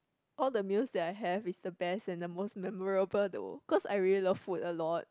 all the meals that I had is the best and the most memorable there were cause I really love food a lot